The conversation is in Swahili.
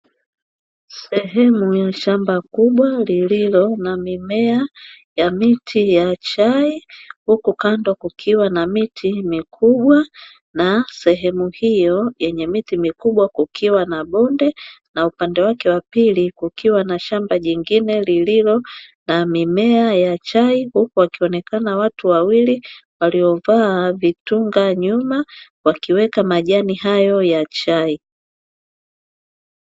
Sehemu ya shamba kubwa lililo na mimea ya miti ya chai, huku kando kukiwa na miti mikubwa na sehemu hiyo yenye miti mikubwa kukiwa na bonde na upande wake wa pili kukiwa na shamba jingine lililo na mimea ya chai huku wakionekana watu wawili waliovaa vitunga nyuma wakiweka majani hayo ya chai.